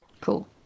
Cool